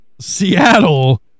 Seattle